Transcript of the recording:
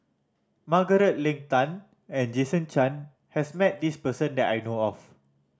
Margaret Leng Tan and Jason Chan has met this person that I know of